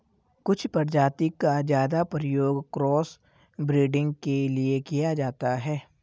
कुछ प्रजाति का ज्यादा प्रयोग क्रॉस ब्रीडिंग के लिए किया जाता है